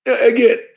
Again